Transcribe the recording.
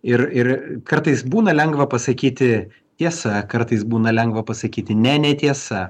ir ir kartais būna lengva pasakyti tiesa kartais būna lengva pasakyti ne netiesa